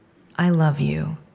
i love you,